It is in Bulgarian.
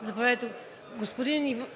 ПРЕДСЕДАТЕЛ ВИКТОРИЯ